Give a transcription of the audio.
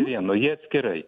vieno jie atskirai